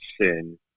sin